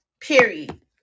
period